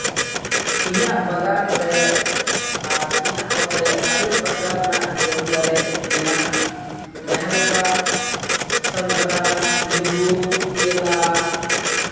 ᱤᱧᱟᱹᱜ ᱵᱟᱜᱟᱱ ᱨᱮ ᱟᱨ ᱤᱧᱟᱹᱜ ᱚᱛᱨᱮ ᱟᱹᱰᱤ ᱯᱨᱚᱠᱟᱨ ᱨᱮᱱᱟᱜ ᱡᱚᱢ ᱫᱟᱨᱮ ᱢᱮᱱᱟᱜᱼᱟ ᱡᱟᱦᱟᱸᱞᱮᱠᱟ ᱥᱟᱱᱛᱨᱟ ᱱᱤᱢᱵᱩ ᱠᱮᱞᱟ